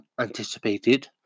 anticipated